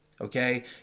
Okay